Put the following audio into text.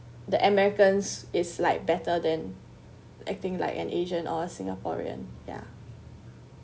the americans is like better than acting like an asian or a singaporean ya